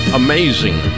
amazing